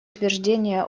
утверждения